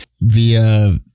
via